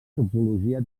topologia